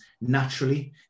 naturally